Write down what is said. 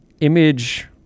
image